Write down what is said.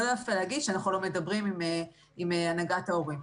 זה לא יפה להגיד שאנחנו לא מדברים עם הנהגת ההורים.